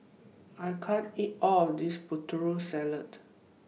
I can't eat All of This Putri Salad